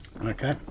Okay